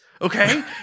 Okay